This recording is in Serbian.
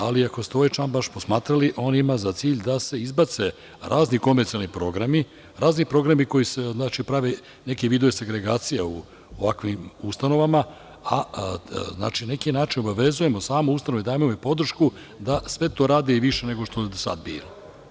Ako ste ovaj član baš posmatrali, on ima za cilj da se izbace razni komercijalni programi, razni programi koji prave neke vidove sagregacija u ovakvim ustanovama, a na neki način obavezujemo samu ustanovu i dajemo joj podršku da sve to radi i više nego što je do sada bilo.